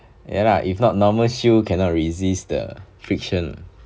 ya lah if not normal shoes cannot resist the friction